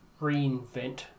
reinvent